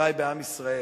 חברי בעם ישראל,